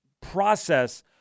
process